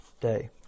day